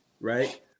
Right